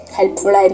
Helpful